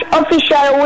official